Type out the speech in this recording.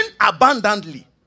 abundantly